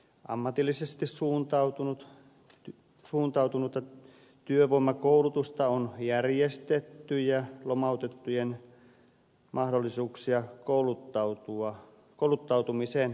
ammatillisesti suuntautunutta työvoimakoulutusta on järjestetty ja lomautettujen mahdollisuuksia kouluttautumiseen on parannettu